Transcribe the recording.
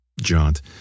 jaunt